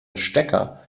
stecker